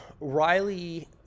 Riley